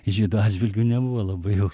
žydų atžvilgiu nebuvo labai